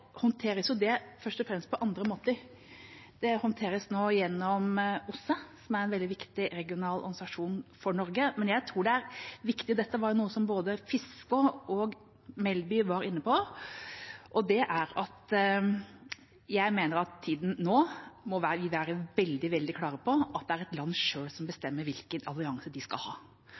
gjennom OSSE, som er en veldig viktig regional organisasjon for Norge. Jeg mener det er viktig, og det er noe som både Fiskaa og Melby var inne på, at i tida nå må vi være veldig, veldig klare på at det er et land selv som bestemmer hvilken allianse man skal ha.